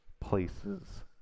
places